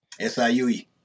SIUE